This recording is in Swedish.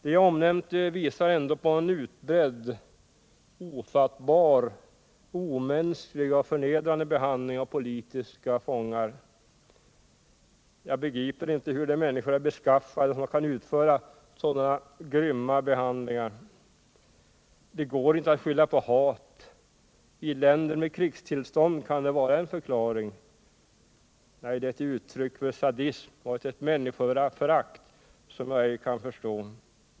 Det jag omnämnt visar ändå på en utbredd, ofattbar, omänsklig och förnedrande behandling av politiska fångar. Jag begriper inte hur de människor är beskaffade som kan utföra sådana grymma handlingar. Det går inte att skylla på hat — i länder med krigstillstånd kan det vara en förklaring — nej, det är ett uttryck för sadism och ett människoförakt som jag inte kan förstå.